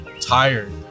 tired